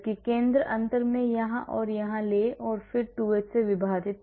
जबकि केंद्र अंतर में यहाँ और यहाँ ले और फिर 2h से विभाजित